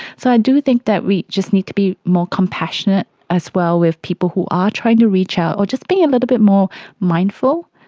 so i do think that we just need to be more compassionate as well with people who are trying to reach out, or just be a little bit more mindful.